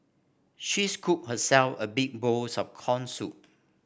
she scooped herself a big bowls of corn soup